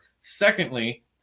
Secondly